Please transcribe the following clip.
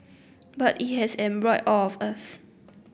but it has embroiled all of us